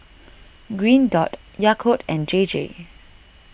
Green Dot Yakult and J J